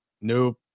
nope